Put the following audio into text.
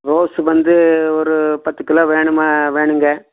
rose வந்து ஒரு பத்து கிலோ வேணுமா வேணுங்க